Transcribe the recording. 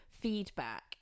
feedback